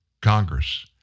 Congress